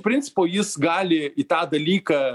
principo jis gali į tą dalyką